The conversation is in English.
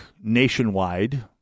nationwide